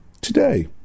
today